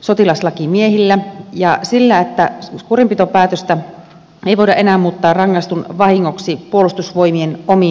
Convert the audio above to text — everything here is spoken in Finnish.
sotilaslakimiehillä ja sillä että kurinpitopäätöstä ei voida enää muuttaa rangaistun vahingoksi puolustusvoimien omin sisäisin toimenpitein